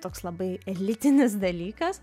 toks labai elitinis dalykas